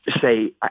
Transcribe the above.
say –